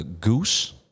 Goose